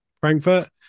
Frankfurt